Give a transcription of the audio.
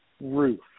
roof